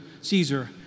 Caesar